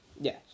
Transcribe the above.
Yes